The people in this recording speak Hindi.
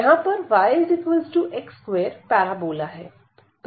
यहां पर yx2 पैराबोला है